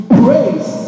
praise